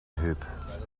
heup